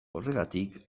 horregatik